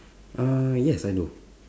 ah yes I do